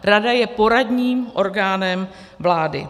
Rada je poradním orgánem vlády.